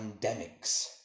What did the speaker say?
pandemics